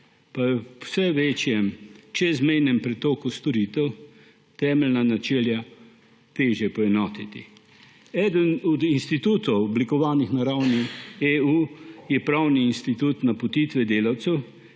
pa je ob vse večjem čezmejnem pretoku storitev temeljna načela težje poenotiti. Eden od institutov, oblikovanih na ravni EU, je pravni institut napotitve delavcev,